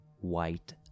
white